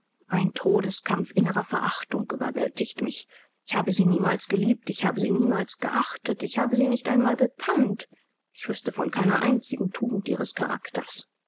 ein todeskampf innerer verachtung überwältigt mich ich habe sie niemals geliebt ich habe sie niemals geachtet ich habe sie nicht einmal gekannt ich wüßte von keiner einzigen tugend ihres charakters